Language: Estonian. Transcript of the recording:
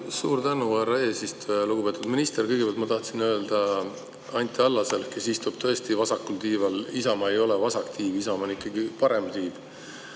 Suur tänu, härra eesistuja! Lugupeetud minister! Kõigepealt ma tahan öelda Anti Allasele, kes istub tõesti vasakul tiival: Isamaa ei ole vasak tiib, Isamaa on ikkagi parem tiib.